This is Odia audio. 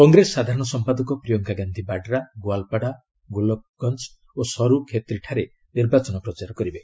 କଂଗ୍ରେସ ସାଧାରଣ ସମ୍ପାଦକ ପ୍ରିୟଙ୍କା ଗାନ୍ଧୀ ବାଡ୍ରା ଗୋଆଲପାଡ଼ା ଗୋଲକଗଞ୍ଜ ଓ ସରୁକ୍ଷେତ୍ରୀଠାରେ ନିର୍ବାଚନ ପ୍ରଚାର କରିବେ